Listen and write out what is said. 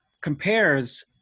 compares